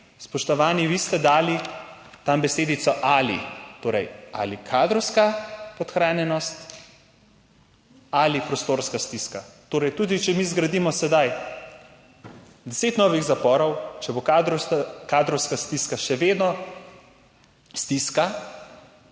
spoštovani, vi ste dali tam besedico ali, torej ali kadrovska podhranjenost ali prostorska stiska. Torej tudi, če mi zgradimo sedaj deset novih zaporov, če bo kadrovska, kadrovska stiska, še vedno stiska,